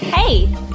Hey